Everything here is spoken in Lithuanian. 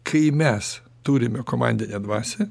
kai mes turime komandinę dvasią